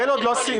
ממש לא.